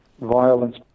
violence